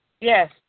Yes